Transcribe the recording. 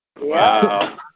Wow